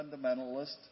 fundamentalist